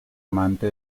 amante